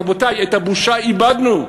רבותי, את הבושה איבדנו.